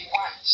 one